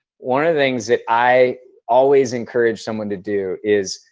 one of the things that i always encourage someone to do is,